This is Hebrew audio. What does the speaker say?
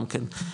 גם כן,